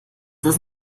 ist